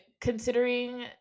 considering